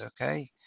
okay